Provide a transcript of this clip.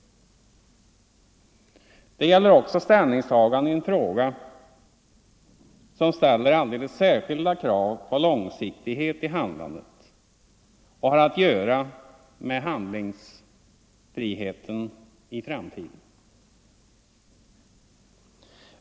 Det gäller också ställningstagande i en fråga som ställer alldeles särskilda krav på långsiktighet i handlandet och har att göra med handlingsfriheten i framtiden.